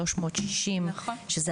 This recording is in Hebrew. עשרות אנשים בחוף, משפחות,